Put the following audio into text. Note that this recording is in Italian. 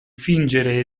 fingere